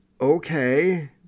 okay